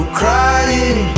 crying